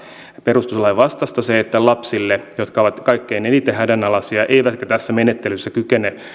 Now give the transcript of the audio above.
perustuslain vastaista se että lapsilta jotka ovat kaikkein eniten hädänalaisia eivätkä tässä menettelyssä kykene